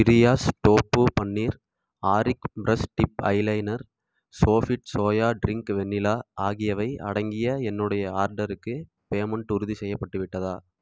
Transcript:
பிரியாஸ் tofu paneer ஆரிக் brush tip eyeliner சோஃபிட் soya drink vanilla ஆகியவை அடங்கிய என்னுடைய ஆர்டர்க்கு பேமெண்ட் உறுதிசெய்யப்பட்டு விட்டதா